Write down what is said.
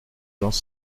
gens